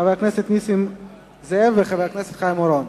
חבר הכנסת נסים זאב וחבר הכנסת חיים אורון.